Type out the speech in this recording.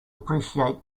appreciate